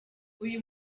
uyu